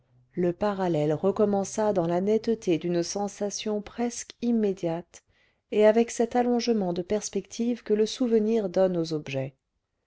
le parallèle recommença dans la netteté d'une sensation presque immédiate et avec cet allongement de perspective que le souvenir donne aux objets